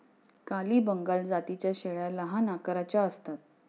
काली बंगाल जातीच्या शेळ्या लहान आकाराच्या असतात